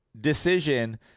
decision